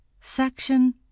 Section